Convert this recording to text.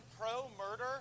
pro-murder